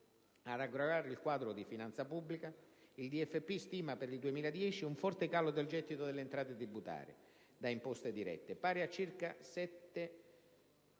Ad aggravare il quadro di finanza pubblica, la DFP stima per il 2010 un forte calo del gettito delle entrate tributarie da imposte dirette, pari a circa